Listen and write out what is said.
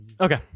okay